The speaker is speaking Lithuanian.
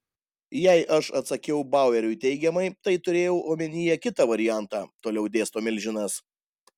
jei aš atsakiau baueriui teigiamai tai turėjau omenyje kitą variantą toliau dėsto milžinas